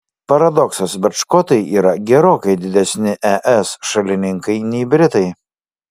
paradoksas bet škotai yra gerokai didesni es šalininkai nei britai